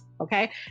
Okay